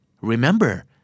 Remember